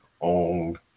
owned